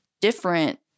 different